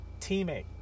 teammate